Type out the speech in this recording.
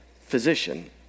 physician